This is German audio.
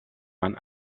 man